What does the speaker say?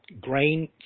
grain